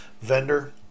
vendor